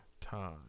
time